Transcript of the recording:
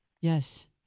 yes